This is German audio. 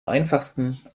einfachsten